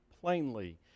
plainly